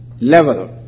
level